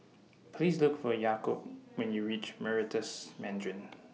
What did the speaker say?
Please Look For Jakob when YOU REACH Meritus Mandarin